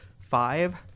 five